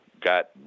got